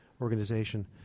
Organization